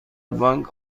بانک